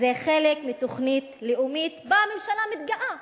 זה חלק מתוכנית לאומית שבה הממשלה מתגאה,